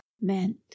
meant